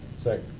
second.